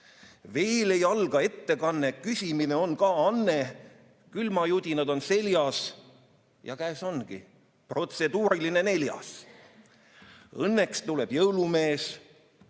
Veel ei alga ettekanne, / küsimine on ka anne. / Külmajudinad on seljas / ja käes ongi protseduuriline neljas. / Õnneks tuleb jõulumees,